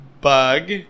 bug